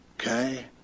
Okay